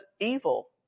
evil